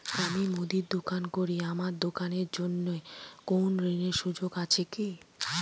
আমি মুদির দোকান করি আমার দোকানের জন্য কোন ঋণের সুযোগ আছে কি?